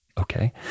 Okay